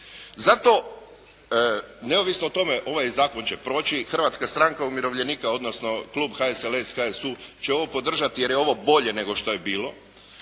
Zato neovisno o tome ovaj zakon će proći, Hrvatska stranka umirovljenika, odnosno klub HSLS, HSU će ovo podržati jer je ovo bolje nego što je bilo,